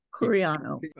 Curiano